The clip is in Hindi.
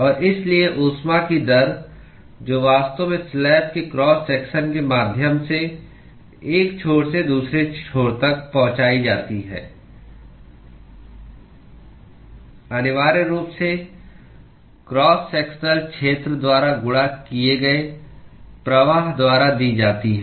और इसलिए ऊष्मा की दर जो वास्तव में स्लैब के क्रॉस सेक्शन के माध्यम से एक छोर से दूसरे छोर तक पहुंचाई जाती है अनिवार्य रूप से क्रॉस सेक्शनल क्षेत्र द्वारा गुणा किए गए प्रवाह द्वारा दी जाती है